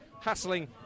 hassling